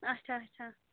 اچھا اچھا